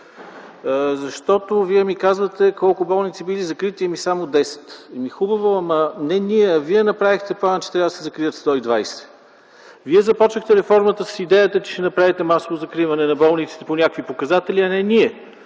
Вие ми казвате колко болници били закрити – само десет. Хубаво, ама не ние, а Вие направихте плана, че трябва да се закрият 120. Вие започнахте реформата с идеята, че ще направите масово закриване на болниците по някакви показатели, а не ние!